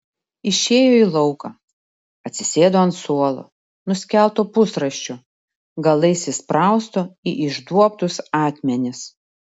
išėjo į lauką atsisėdo ant suolo nuskelto pusrąsčio galais įsprausto į išduobtus akmenis